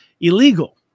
illegal